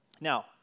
Now